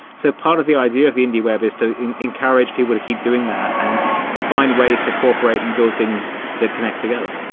so part of the idea of the indie web is to encourage people to keep doing that and find ways to cooperate and build things that connect together.